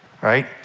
right